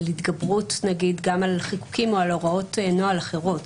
התגברות נגיד גם על חיקוקים או על הוראות נוהל אחרות.